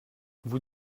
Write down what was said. vous